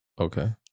Okay